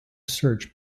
search